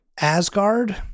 Asgard